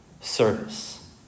service